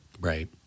Right